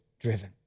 driven